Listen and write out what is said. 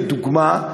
לדוגמה,